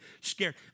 scared